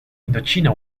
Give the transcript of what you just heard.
indochina